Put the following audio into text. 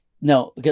no